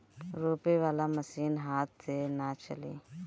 रोपे वाला मशीन हाथ से ना चली